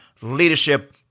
Leadership